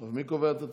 אז מי קובע את התקציב?